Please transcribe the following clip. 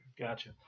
gotcha